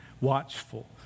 watchful